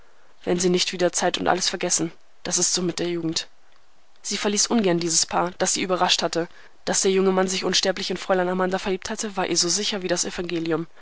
wenn sie nur nicht wieder zeit und alles vergessen das ist so mit der jugend sie verließ ungern dieses paar das sie überrascht hatte daß der junge mann sich sterblich in fräulein amanda verliebt habe war ihr so sicher wie das evangelium